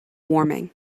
warming